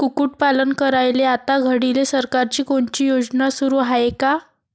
कुक्कुटपालन करायले आता घडीले सरकारची कोनची योजना सुरू हाये का?